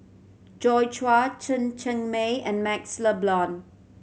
Joi Chua Chen Cheng Mei and MaxLe Blond